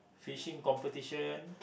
fishing competition